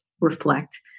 reflect